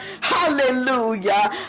hallelujah